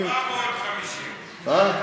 750. מה?